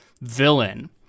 villain